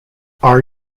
are